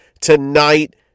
tonight